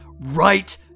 right